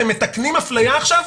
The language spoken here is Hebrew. אתם מתקנים אפליה עכשיו?